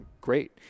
great